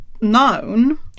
known